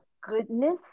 goodness